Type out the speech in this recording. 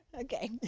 Okay